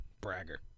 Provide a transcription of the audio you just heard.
Bragger